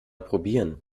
probieren